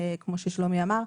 כמו ששלומי אמר,